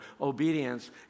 obedience